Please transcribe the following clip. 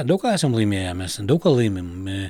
daug ką esam laimėję mes daug ką laimim